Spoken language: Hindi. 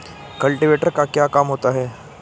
कल्टीवेटर का क्या काम होता है?